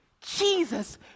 Jesus